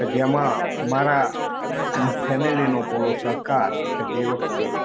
કે જેમાં મારા ફેમિલીનો પૂરો સહકાર કે જે વખતે